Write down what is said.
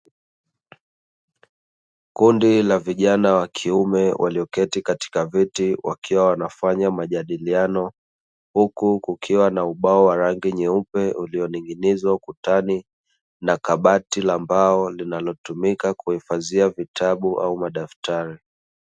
Kundi la vijana wa kiume walioketi katika viti wakiwa wanafanya majadiliano huku kukiwa na ubao wa rangi nyeupe ulioning'inizwa ukutani na kabati la mbao linalotumika kuhifadhia vitabu au madaftari.